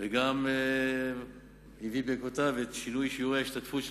וגם הביא בעקבותיו את שינוי שיעור ההשתתפות של